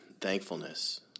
thankfulness